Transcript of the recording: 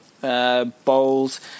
bowls